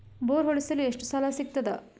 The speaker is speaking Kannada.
ಬೋರ್ ಹೊಡೆಸಲು ಎಷ್ಟು ಸಾಲ ಸಿಗತದ?